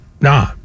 nah